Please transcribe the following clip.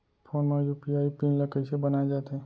Phone म UPI PIN ल कइसे बनाये जाथे?